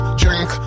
drink